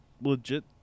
legit